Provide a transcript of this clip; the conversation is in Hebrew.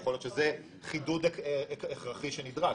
יכול להיות שזה חידוד הכרחי שנדרש.